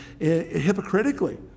hypocritically